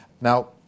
Now